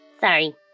Sorry